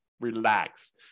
relax